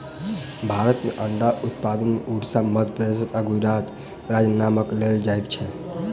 भारत मे अंडा उत्पादन मे उड़िसा, मध्य प्रदेश आ गुजरात राज्यक नाम लेल जाइत छै